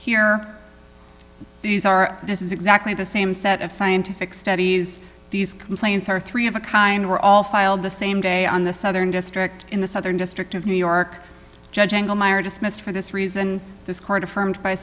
here these are this is exactly the same set of scientific studies these complaints are three of a kind were all filed the same day on the southern district in the southern district of new york judge dismissed for this reason this court affirmed by